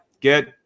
get